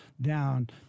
down –